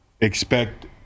expect